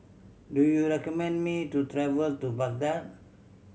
do you recommend me to travel to Baghdad